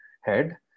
head